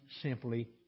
simply